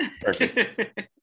Perfect